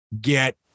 get